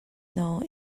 know